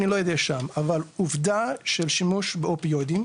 אבל עובדה של שימוש באופיאודים,